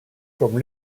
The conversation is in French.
comme